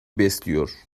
besliyor